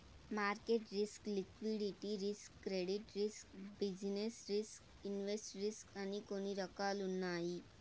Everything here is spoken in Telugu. market risk liquidity risk credit risk business risk invest risk అని కొన్ని రకాలున్నాయి